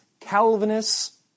Calvinists